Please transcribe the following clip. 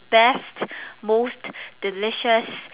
best most delicious